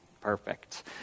Perfect